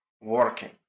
Working